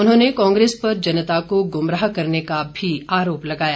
उन्होंने कहा कि कांग्रेस पर जनता को गुमराह करने का भी आरोप लगाया